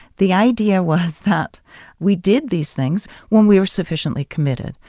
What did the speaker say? the idea was that we did these things when we were sufficiently committed,